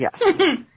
Yes